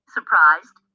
Surprised